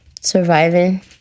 Surviving